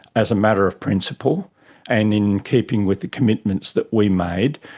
as a matter of principle and in keeping with the commitments that we made,